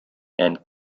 and